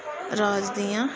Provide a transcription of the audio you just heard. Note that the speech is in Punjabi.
ਰਾਜ ਦੀਆਂ